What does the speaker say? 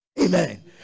amen